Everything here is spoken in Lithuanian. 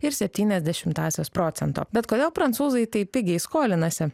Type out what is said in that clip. ir septynias dešimtąsias procento bet kodėl prancūzai taip pigiai skolinasi